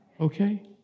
Okay